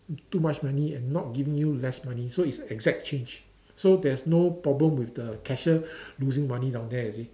too much money and not giving you less money so is exact change so there's no problem with the cashier losing money down there you see